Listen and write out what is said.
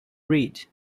read